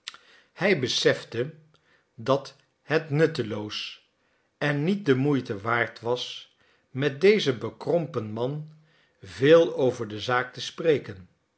hij besefte dat het nutteloos en niet de moeite waard was met dezen bekrompen man veel over de zaak te spreken